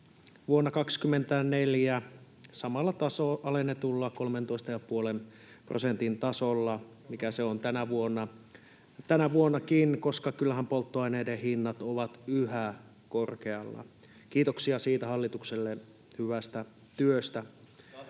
vuonna 24 samalla alennetulla 13,5 prosentin tasolla, mikä se on tänä vuonnakin, koska kyllähän polttoaineiden hinnat ovat yhä korkealla — kiitoksia siitä hallitukselle hyvästä työstä.